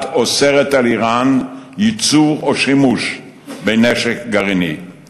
אוסרת על איראן ייצור של נשק גרעיני או שימוש בו.